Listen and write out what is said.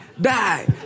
die